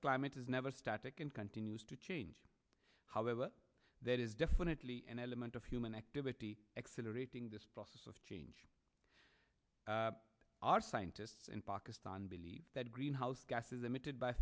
climate is never static and continues to change however there is definitely an element of human activity exeter rating this process of change our scientists in pakistan believe that greenhouse gases emitted by